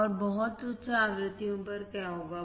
और बहुत उच्च आवृत्तियों पर क्या होगा